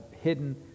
hidden